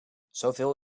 zoveel